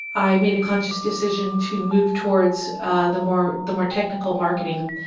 i made a conscious decision to move towards ah the more the more technical marketing,